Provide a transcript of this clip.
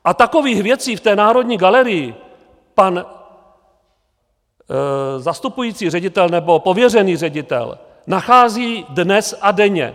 A takových věcí v té Národní galerii pan zastupující ředitel, nebo pověřený ředitel, nachází dnes a denně.